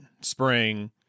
spring